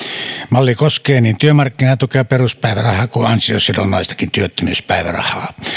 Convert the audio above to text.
malli koskee niin työmarkkinatukea peruspäivärahaa kuin ansiosidonnaistakin työttömyyspäivärahaa